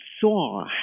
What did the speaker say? saw